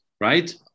right